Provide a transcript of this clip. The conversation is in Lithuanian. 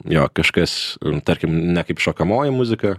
jo kažkas tarkim ne kaip šokamoji muzika